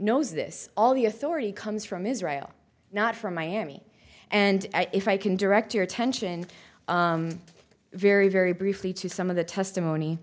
knows this all the authority comes from israel not from miami and if i can direct your attention very very briefly to some of the testimony